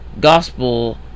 gospel